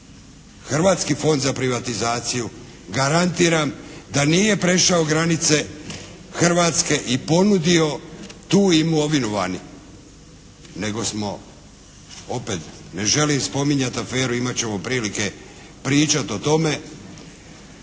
Hrvatski fond za privatizaciju garantiram da nije prešao granice Hrvatske i ponudio tu imovinu vani. Nego smo opet ne želim spominjati aferu, imat ćemo prilike pričati o tome.